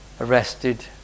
arrested